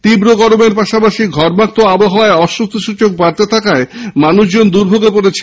তীব্র গরমের পাশাপাশি ঘর্মাক্ত আবহাওয়ায় অস্বস্তি সূচক বাড়তে থাকায় মানুষজন দুর্ভোগ পড়েছেন